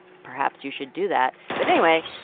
perhaps you should do that. but anyway,